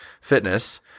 fitness